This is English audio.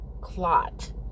clot